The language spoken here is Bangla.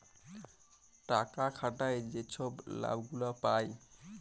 টাকা খাটায় যে ছব লাভ গুলা পায়